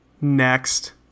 Next